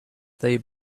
they